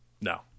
no